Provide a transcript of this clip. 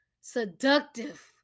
seductive